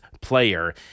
player